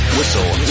Whistle